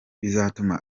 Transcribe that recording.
bizatuma